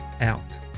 out